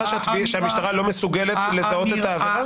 שהמשטרה לא מסוגלת לזהות את העבירה?